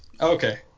Okay